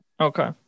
Okay